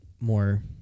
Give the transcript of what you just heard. more